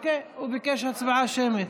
אוקיי, הוא ביקש הצבעה שמית.